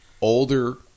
Older